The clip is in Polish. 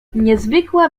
niezwykła